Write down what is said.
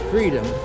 Freedom